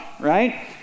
right